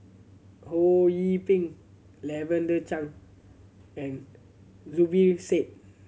Ho Yee Ping Lavender Chang and Zubir Said